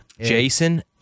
Jason